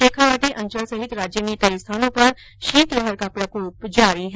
शेखावाटी अंचल सहित राज्य में कई स्थानों पर शीतलहर का प्रकोप जारी है